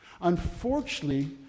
Unfortunately